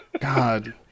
God